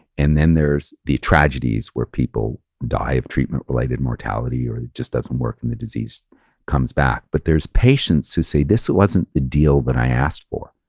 and then there's the tragedies where people die of treatment related mortality or it just doesn't work and the disease comes back. but there's patients who say, this wasn't the deal that i asked for.